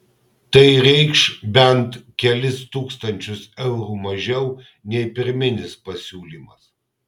tai reikš bent kelis tūkstančius eurų mažiau nei pirminis pasiūlymas